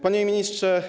Panie Ministrze!